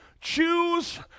Choose